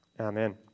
Amen